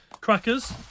crackers